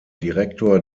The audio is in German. direktor